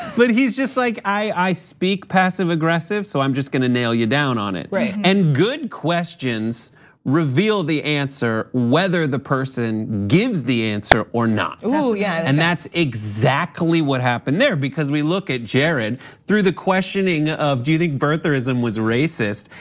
but he's just like i speak passive-aggressive, so i'm just gonna nail ya down on it. right. and good questions reveal the answer, whether the person gives the answer or not. yeah. and that's exactly what happened there. because we look at jared through the questioning of do you think birtherism was racist?